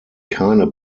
keine